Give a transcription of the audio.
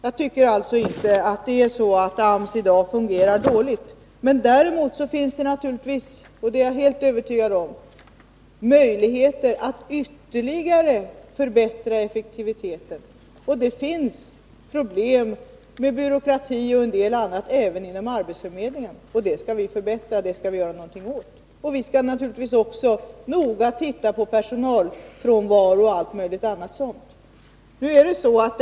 Jag tycker alltså inte att AMS i dag fungerar dåligt. Däremot finns det fortfarande — det är jag helt övertygad om — möjligheter att ytterligare förbättra effektiviteten. Och det finns problem med byråkrati och en del annat även inom arbetsförmedlingen. Detta skall vi göra någonting åt, och vi skall naturligtvis också noga se på personalfrånvaron och annat sådant.